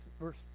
verse